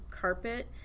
carpet